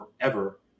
forever